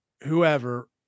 whoever